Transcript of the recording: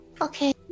Okay